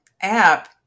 app